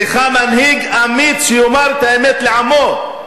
היא צריכה מנהיג אמיץ שיאמר את האמת לעמו: